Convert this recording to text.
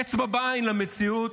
אצבע בעין למציאות,